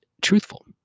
truthful